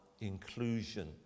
inclusion